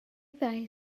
ddau